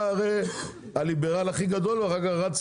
אתה הרי הליברל הכי גדול, אחר כך רץ